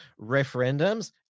referendums